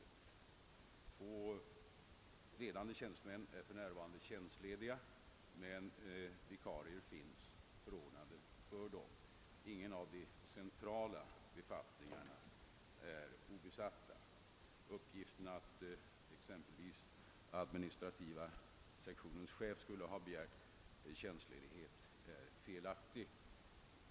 Två ledande tjänstemän är för närvarande tjänstlediga men vikarier finns förordnade för dem. Ingen av de centrala befattningarna är obesatt. Uppgiften att exempelvis administrativa sektionens chef skulle ha begärt tjänstledighet är felaktig.